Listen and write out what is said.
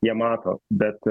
jie mato bet